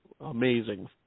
amazing